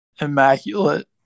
immaculate